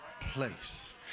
place